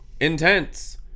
intense